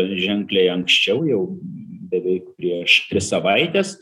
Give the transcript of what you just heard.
ženkliai anksčiau jau beveik prieš tris savaites